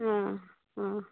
ಹಾಂ ಆಂ